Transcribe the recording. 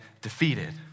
defeated